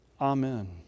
Amen